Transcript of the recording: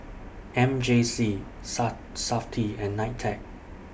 M J C Sat Safti and NITEC